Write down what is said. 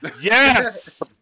Yes